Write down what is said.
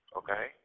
okay